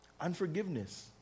Unforgiveness